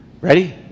Ready